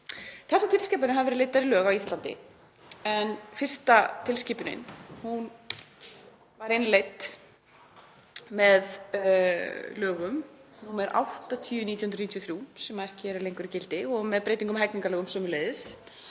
Þessar tilskipanir hafa verið leiddar í lög á Íslandi en fyrsta tilskipunin var innleidd með lögum nr. 80/1993, sem ekki eru lengur í gildi, og með breytingum á hegningarlögum sömuleiðis,